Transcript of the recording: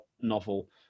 novel